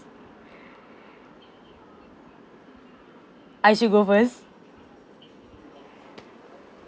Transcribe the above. I should go first